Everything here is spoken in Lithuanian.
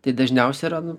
tai dažniausia yra nu